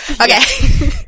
Okay